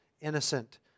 innocent